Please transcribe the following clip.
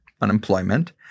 unemployment